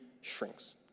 shrinks